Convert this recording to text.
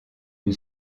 une